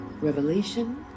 Revelation